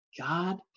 God